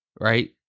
right